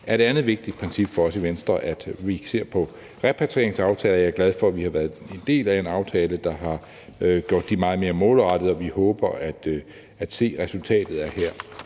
er et andet vigtigt princip for os i Venstre, at vi ser på repatrieringsaftalen. Jeg er glad for, at vi har været en del af en aftale, der har gjort det meget mere målrettet, og vi håber at se resultatet af det.